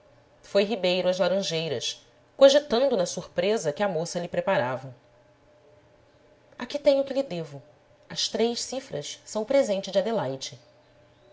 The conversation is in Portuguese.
foi ribeiro às laranjeiras cogitando na surpresa que a moça lhe preparava aqui tem o que lhe devo as três cifras são o presente de adelaide